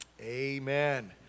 Amen